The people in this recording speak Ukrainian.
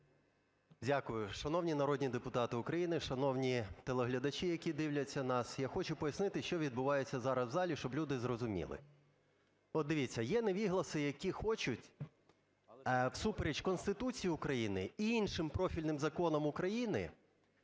Дякую. Шановні народні депутати України, шановні телеглядачі, які дивляться нас! Я хочу пояснити, що відбувається зараз в залі, щоб люди зрозуміли. От дивіться, є невігласи, які хочуть, всупереч Конституції України і іншим профільним законам України,